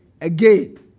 again